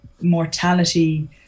Mortality